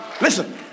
Listen